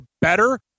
better